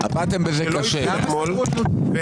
הוא לא החל אתמול.